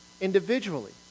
individually